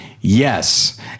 yes